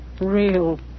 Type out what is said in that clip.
Real